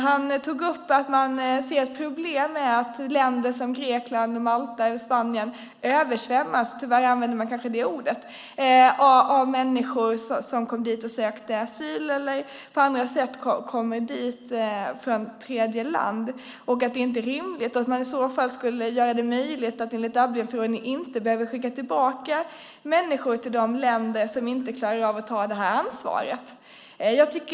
Han tog upp att man ser problem med att länder som Grekland, Malta eller Spanien översvämmas - tyvärr använder man kanske det ordet - av människor som kommer dit och söker asyl eller på annat sätt kommer dit från tredjeland. Det är inte rimligt, och man ska i så fall göra det möjligt att enligt Dublinförordningen inte behöva skicka tillbaka människor till de länder som inte klarar av att ta ansvaret.